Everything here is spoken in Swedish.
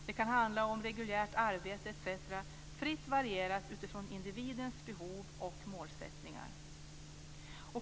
Det kan handla om reguljärt arbete etc., fritt varierat utifrån individens behov och målsättningar.